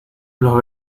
los